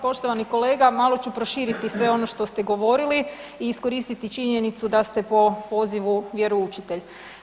Poštovani kolega malo ću proširiti sve ono što ste govorili i iskoristiti činjenicu da ste po pozivu vjeroučitelj.